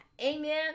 Amen